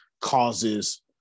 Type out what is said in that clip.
causes